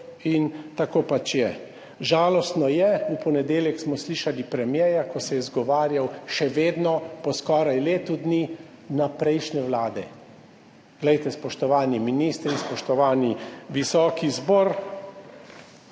in tako pač je. Žalostno je, v ponedeljek smo slišali premierja, ko se je izgovarjal, še vedno, po skoraj letu dni, na prejšnje vlade. Glejte, spoštovani ministri in spoštovani visoki zbor